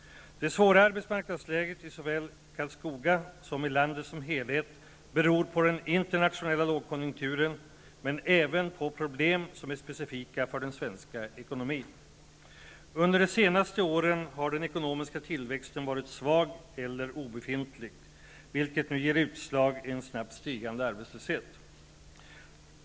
Det svåra arbetsmarknadsläget i såväl Karlskoga som landet som helhet beror på den internationella lågkonjunkturen, men även på problem som är specifika för den svenska ekonomin. Under de senaste åren har den ekonomiska tillväxten varit svag eller obefintlig, vilket nu ger utslag i en snabbt stigande arbetslöshet.